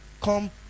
come